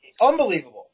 unbelievable